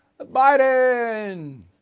Biden